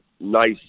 nice